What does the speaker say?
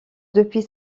depuis